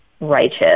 righteous